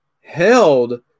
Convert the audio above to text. held